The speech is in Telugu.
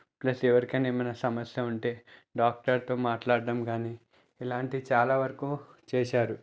ప్లస్ ఎవరికైనా ఏమైనా సమస్య ఉంటే డాక్టర్తో మాట్లాడడం కానీ ఇలాంటివి చాలా వరకు చేశారు